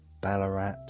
Ballarat